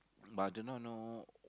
but I do not know